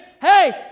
hey